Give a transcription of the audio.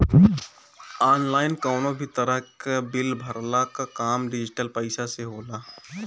online कवनो भी तरही कअ बिल भरला कअ काम डिजिटल पईसा से होला